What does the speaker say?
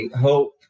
hope